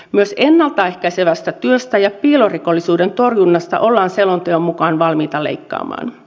myös ennalta ehkäisevästä työstä ja piilorikollisuuden torjunnasta ollaan selonteon mukaan valmiita leikkaamaan